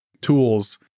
tools